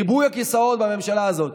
ריבוי הכיסאות בממשלה הזאת.